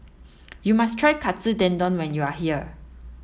you must try Katsu Tendon when you are here